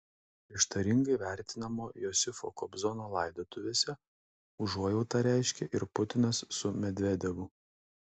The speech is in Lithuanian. prieštaringai vertinamo josifo kobzono laidotuvėse užuojautą reiškė ir putinas su medvedevu